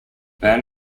van